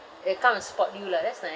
uh come and support you lah that's nice